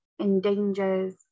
endangers